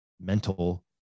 mental